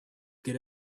get